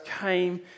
came